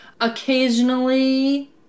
Occasionally